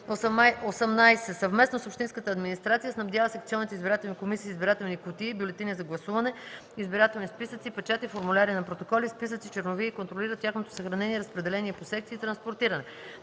18. съвместно с общинската администрация снабдява секционните избирателни комисии с избирателни кутии, бюлетини за гласуване, избирателни списъци, печати, формуляри на протоколи, списъци, чернови и контролира тяхното съхранение, разпределение по секции и транспортиране;